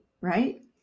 Right